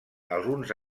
alguns